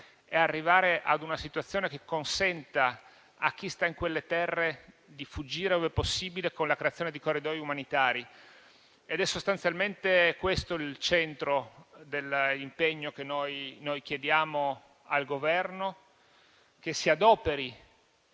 e arrivare a una situazione che consenta a chi sta in quelle terre di fuggire, ove possibile, con la creazione di corridoi umanitari. È sostanzialmente questo il centro dell'impegno che noi chiediamo al Governo, e cioè che si adoperi